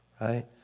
Right